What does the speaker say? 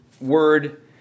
word